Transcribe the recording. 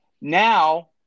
Now